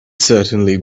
certainly